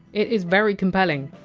it is very compelling.